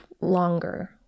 longer